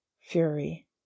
Fury